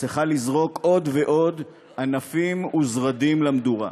צריכה לזרוק עוד ועוד ענפים וזרדים למדורה?